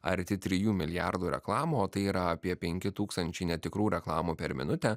arti trijų milijardų reklamų o tai yra apie penki tūkstančiai netikrų reklamų per minutę